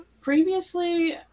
previously